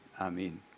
Amen